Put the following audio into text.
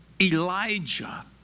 Elijah